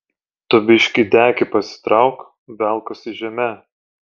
tu biškį dekį pasitrauk velkasi žeme